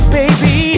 baby